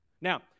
Now